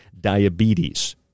diabetes